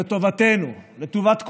לטובתנו, לטובת כולנו,